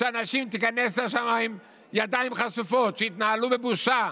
שהנשים תיכנסנה לשם בידיים חשופות, שיתנהלו בבושה.